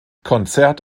konzert